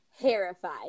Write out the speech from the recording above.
Terrified